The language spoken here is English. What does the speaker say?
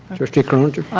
trustee croninger?